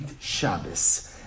Shabbos